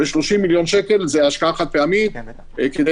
ו-30 מיליון שקל השקעה חד-פעמית כדי